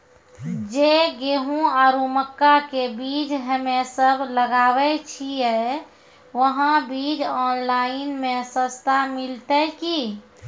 जे गेहूँ आरु मक्का के बीज हमे सब लगावे छिये वहा बीज ऑनलाइन मे सस्ता मिलते की?